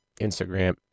Instagram